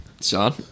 Sean